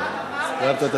אתה אמרת את שמי.